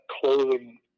clothing